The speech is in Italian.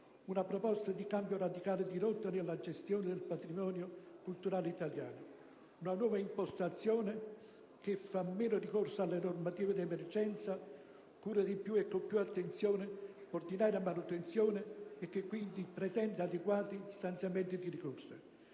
una proposta di cambiamento radicale di rotta nella gestione del patrimonio culturale italiano: una nuova impostazione che facesse meno ricorso alle normative d'emergenza, curasse di più e con più attenzione l'ordinaria manutenzione e quindi pretendesse adeguati stanziamenti di risorse.